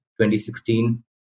2016